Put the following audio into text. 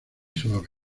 suave